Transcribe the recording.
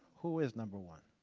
who is number one?